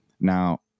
Now